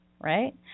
Right